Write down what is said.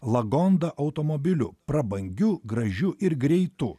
lagonda automobiliu prabangiu gražiu ir greitu